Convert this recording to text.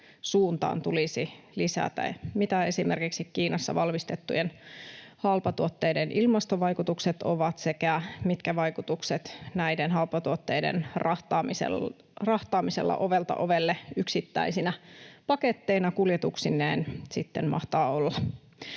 suuntaan tulisi lisätä siitä, mitä esimerkiksi Kiinassa valmistettujen halpatuotteiden ilmastovaikutukset ovat, sekä siitä, mitkä vaikutukset näiden halpatuotteiden rahtaamisella ovelta ovelle yksittäisinä paketteina kuljetuksineen sitten mahtavat olla.